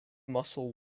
muscle